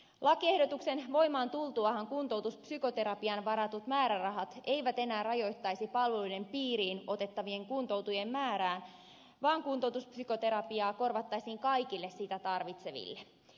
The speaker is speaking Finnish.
lakiehdotuksen voimaan tultuahan kuntoutuspsykoterapiaan varatut määrärahat eivät enää rajoittaisi palveluiden piiriin otettavien kuntoutujien määrää vaan kuntoutuspsykoterapia korvattaisiin kaikille sitä tarvitseville